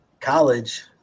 college